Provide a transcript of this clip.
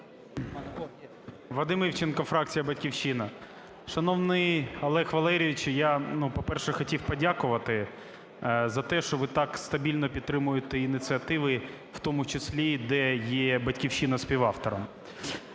Вадим Івченко, фракція "Батьківщина". Шановний Олег Валерійович, я, по-перше, хотів подякувати за те, що ви так стабільно підтримуєте ініціативи, в тому числі де є "Батьківщина" співавтором.